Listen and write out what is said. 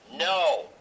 No